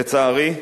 לצערי,